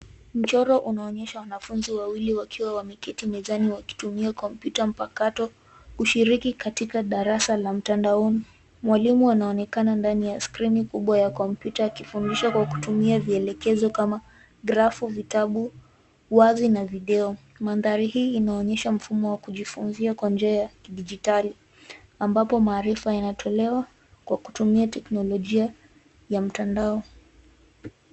Mchoro unaonyesha wanafunzi wawili wakiwa wameket mezani wakitumia kompyuta mpakato, kushiriki katika darasa la mtandaoni. Mwalimu anaonekana ndani ya skrini kubwa ya kompyuta akifundisha kwa kutumia vielekezo kama grapu, vitabu, wazi na video. Mandhari hii inaonyesha mfumo wa kujifunzia kwa njia ya kidijitali, ambapo maarifa yanatolewa kwa kutumia teknolojia ya mtandao.